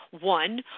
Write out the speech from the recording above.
One